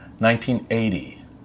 1980